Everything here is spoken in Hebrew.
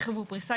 הרחיבו פריסה,